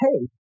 hey